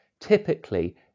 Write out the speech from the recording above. Typically